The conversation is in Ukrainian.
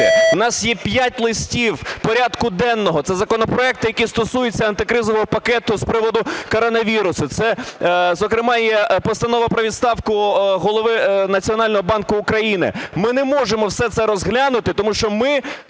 У нас є п'ять листів порядку денного. Це законопроекти, які стосуються антикризового пакету з приводу коронавірусу. Це, зокрема, і Постанова про відставку Голови Національного банку України. Ми не можемо все це розглянути, тому що ми